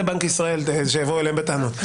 זה בנק ישראל, שיבואו אליהם בטענות.